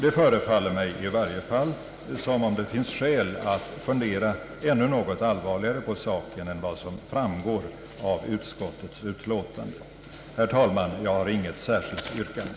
Det förefaller mig i alla händelser finnas skäl att fundera ännu något allvarligare på saken än vad som framgår av utskottsutlåtandet. Herr talman! Jag har inget särskilt yrkande.